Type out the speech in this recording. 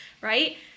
right